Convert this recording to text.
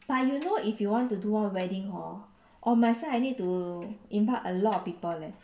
but you know if you want to do one wedding hor on my side I need to invite a lot of people leh